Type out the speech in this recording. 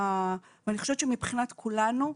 ואני חושבת שמבחינת כולנו,